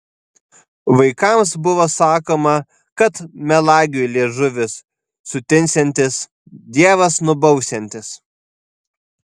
vaikams buvo sakoma kad melagiui liežuvis sutinsiantis dievas nubausiantis